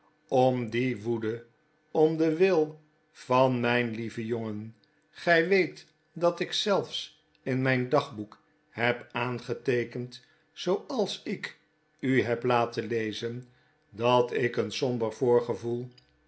om die woede om den wil van mijn lieven jongen gij weet dat ik zelfs in mijn dagboek heb aangeteekend zooals ik u heb men lezen dat ik een somber voorgevoel